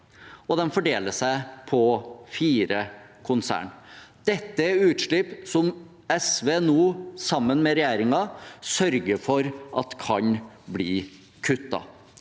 og den fordeler seg på fire konserner. Dette er utslipp som SV nå sammen med regjeringen sørger for at kan bli kuttet.